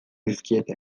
dizkiete